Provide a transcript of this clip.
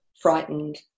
frightened